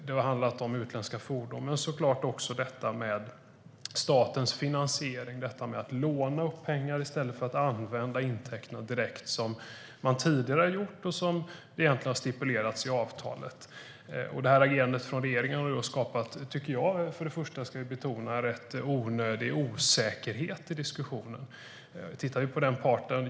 Det har handlat om utländska fordon och såklart också detta med statens finansiering - detta att låna upp pengar i stället för att använda intäkterna direkt, som man tidigare har gjort och som egentligen har stipulerats i avtalet. Detta agerande från regeringen har skapat rätt onödig osäkerhet i diskussionen.